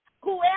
Whoever